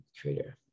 creator